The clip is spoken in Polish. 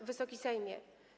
Wysoki Sejmie!